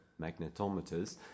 magnetometers